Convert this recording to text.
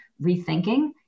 rethinking